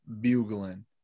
bugling